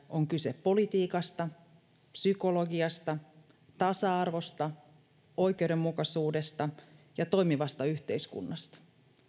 on kyse politiikasta psykologiasta tasa arvosta oikeudenmukaisuudesta ja toimivasta yhteiskunnasta